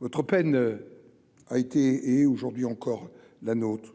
Votre peine a été, et aujourd'hui encore la note